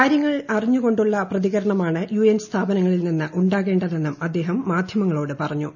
കാര്യങ്ങൾ അറിഞ്ഞുകൊണ്ടുള്ള പ്രതികരണമാണ് യുഎൻ സ്ഥാപനങ്ങളിൽ നിന്ന് ഉണ്ടാകേണ്ടതെന്നും അദ്ദേഹം മാധ്യമങ്ങളോട് പറഞ്ഞു